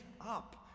up